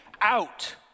out